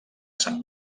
sant